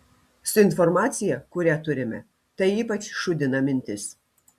su informacija kurią turime tai ypač šūdina mintis